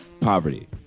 poverty